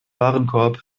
warenkorb